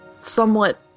somewhat